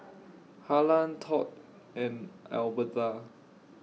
Harland Todd and Albertha